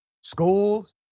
schools